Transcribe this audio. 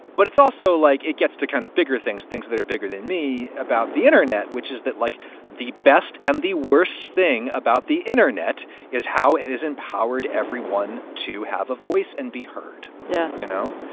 but it's also like it gets to kind of bigger things, things that are bigger than me about the internet, which is that like the best and the worst thing about the internet is how it is empowered everyone to have a voice and be heard. yeah. you know,